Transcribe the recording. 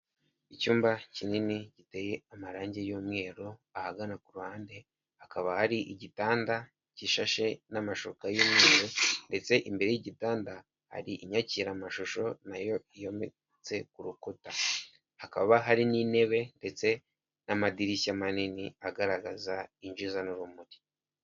Icyumba kinini giteye amarangi y'umweru, ahagana ku ruhande hakaba hari igitanda cyishashe n'amashuka y'umweru, ndetse imbere y'igitanda hari inyakira amashusho na yo yometse ku rukuta. Hakaba hari n'intebe, ndetse n'amadirishya manini agaragaza, yinjiza n'urumuri.